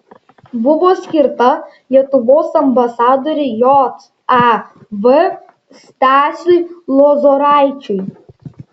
buvo skirta lietuvos ambasadoriui jav stasiui lozoraičiui